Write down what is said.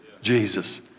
Jesus